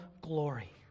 glory